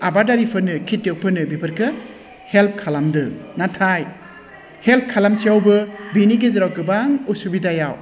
आबादारिफोरनो खेथिय'गफोरनो बिफोरखौ हेल्प खालामदों नाथाय हेल्प खालामसेयावबो बिनि गेजेराव गोबां असुबिदायाव